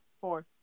four